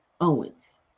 Owens